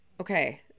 okay